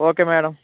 okay madam